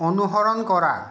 অনুসৰণ কৰা